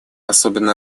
особенно